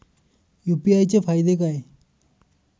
UPI चे फायदे काय?